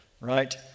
right